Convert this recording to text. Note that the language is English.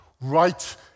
right